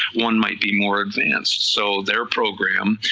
one might be more advanced, so their program,